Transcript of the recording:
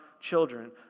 children